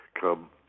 Come